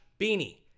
Beanie